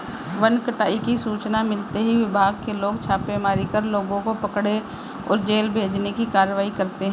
one कटाई की सूचना मिलते ही विभाग के लोग छापेमारी कर लोगों को पकड़े और जेल भेजने की कारवाई करते है